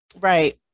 right